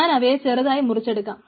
ഞാനവയെ ചെറുതായി മുറിച്ചെടുക്കണം